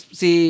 si